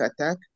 attack